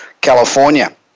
California